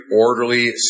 orderly